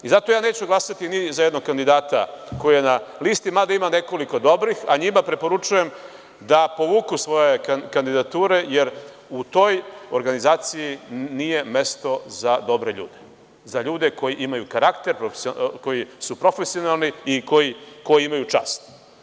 Zato ja neću glasati ni za jednog kandidata koji je na listi, mada ima nekoliko dobrih, a njima preporučujem da povuku svoje kandidature, jer u toj organizaciji nije mesto za dobre ljude, za ljude koji imaju karakter, koji su profesionalni i koji imaju čast.